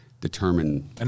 determine